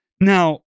Now